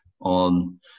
on